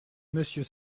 monsieur